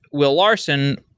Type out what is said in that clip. will larson,